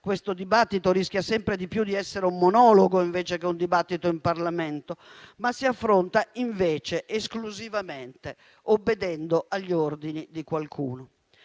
questo dibattito rischia sempre di più di essere un monologo invece che un dibattito in Parlamento - ma si affronta invece esclusivamente obbedendo agli ordini di qualcuno.